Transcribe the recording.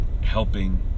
helping